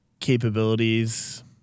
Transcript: capabilities